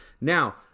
Now